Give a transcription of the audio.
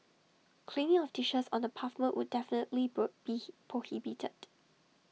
cleaning of dishes on the pavement would definitely be prohibited